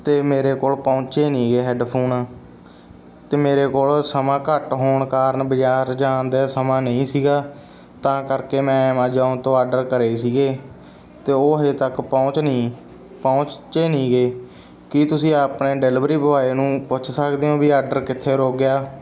ਅਤੇ ਮੇਰੇ ਕੋਲ ਪਹੁੰਚੇ ਨੀਗੇ ਹੈੱਡਫ਼ੋਨ ਤਾਂ ਮੇਰੇ ਕੋਲ ਸਮਾਂ ਘੱਟ ਹੋਣ ਕਾਰਣ ਬਜ਼ਾਰ ਜਾਣ ਦਾ ਸਮਾਂ ਨਹੀਂ ਸੀਗਾ ਤਾਂ ਕਰਕੇ ਮੈਂ ਐਮਾਜੋਨ ਤੋਂ ਆਡਰ ਕਰੇ ਸੀਗੇ ਅਤੇ ਉਹ ਹਜੇ ਤੱਕ ਪਹੁੰਚ ਨਹੀਂ ਪਹੁੰਚੇ ਨੀਗੇ ਕਿ ਤੁਸੀਂ ਆਪਣੇ ਡਿਲੀਵਰੀ ਬੋਆਏ ਨੂੰ ਪੁੱਛ ਸਕਦੇ ਹੋ ਵੀ ਆਡਰ ਕਿੱਥੇ ਰੁੱਕ ਗਿਆ